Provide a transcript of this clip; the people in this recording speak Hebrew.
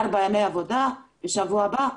ארבעה ימי עבודה בשבוע הבא,